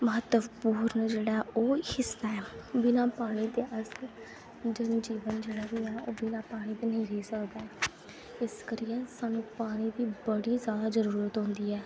म्हत्तवपूर्ण जेह्ड़ा ओह् हिस्सा ऐ बिना पानी दे अस जनजीवन जेह्ड़ा बी ऐ ओह् बिना पानी दे नेईं रेही सकदा इस करियै सानूं पानी दी बड़ी जैदा जरूरत होंदी ऐ